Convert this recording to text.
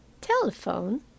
Telephone